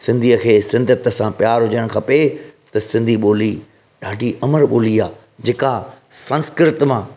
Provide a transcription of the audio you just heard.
सिंधीअ खे सिंधीयति सां प्यारु हुजण खपे त सिंधी ॿोली ॾाढी अमर ॿोली आहे जेका संस्कृत मां